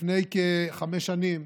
לפני כחמש שנים,